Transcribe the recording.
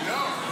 לא.